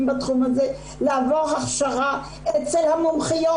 בתחום הזה לעבור הכשרה אצל המומחיות,